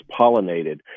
pollinated